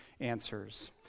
answers